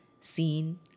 seen